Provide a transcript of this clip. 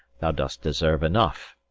thou dost deserve enough,